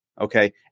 Okay